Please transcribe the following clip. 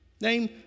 Name